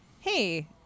hey